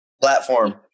Platform